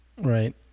Right